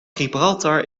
gibraltar